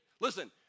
Listen